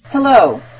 Hello